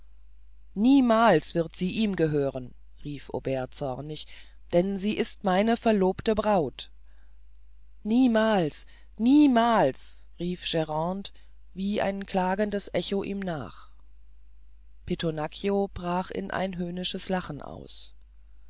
niemals wird sie ihm gehören rief aubert zornig denn sie ist meine verlobte braut niemals niemals rief grande wie ein klagendes echo ihm nach pittonaccio brach in ein höhnisches lachen aus